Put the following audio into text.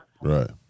Right